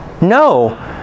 No